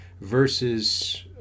versus